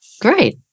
Great